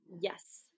Yes